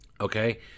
Okay